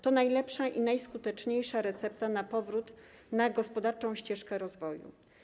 To najlepsza i najskuteczniejsza recepta na powrót na gospodarczą ścieżkę rozwoju.